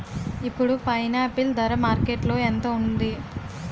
ఇప్పుడు పైనాపిల్ ధర మార్కెట్లో ఎంత ఉంది?